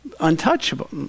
untouchable